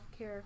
healthcare